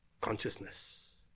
consciousness